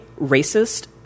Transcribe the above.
racist